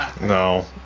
No